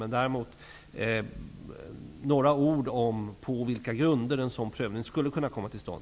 Men jag tycker att det vore värdefullt om statsrådet med några ord kunde tala om på vilka grunder en sådan prövning skulle kunna komma till stånd.